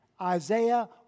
Isaiah